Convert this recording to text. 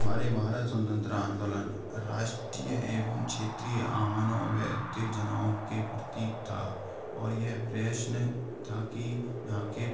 हमारे भारत स्वतंत्र आंदोलन राष्ट्रीय एवं क्षेत्रीय आहानो में उत्तेजनाओं के प्रतीक था और यह प्रश्न था कि यहाँ के